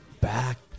back